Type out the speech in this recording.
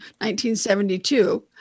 1972